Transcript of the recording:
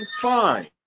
fine